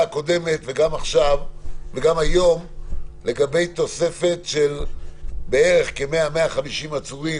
הקודמת וגם היום לגבי תוספת של כ-100-150 עצורים,